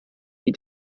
wie